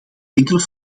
enkele